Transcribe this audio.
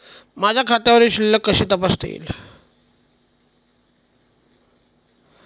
माझ्या खात्यावरील शिल्लक कशी तपासता येईल?